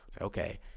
okay